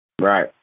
Right